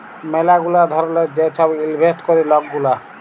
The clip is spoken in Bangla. ম্যালা গুলা ধরলের যে ছব ইলভেস্ট ক্যরে লক গুলা